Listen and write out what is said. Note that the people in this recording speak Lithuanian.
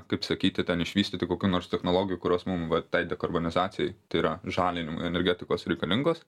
kaip sakyti ten išvystyti kokių nors technologijų kurios mum va tai dekarbonizacijai tai yra žalinimui energetikos reikalingos